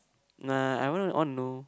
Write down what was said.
nah I want to all know